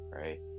right